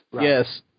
Yes